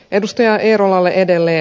edustaja eerolalle edelleen